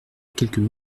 quelque